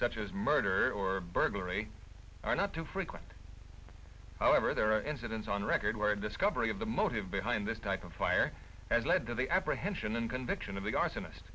such as murder or burglary are not too frequent however there are incidents on record where a discovery of the motive behind this type of fire has led to the apprehension and conviction of the arsonist